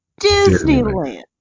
Disneyland